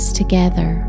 together